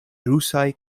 rusaj